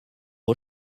aux